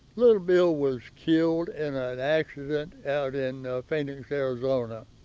little bill was killed in ah an accident out in phoenix, arizona.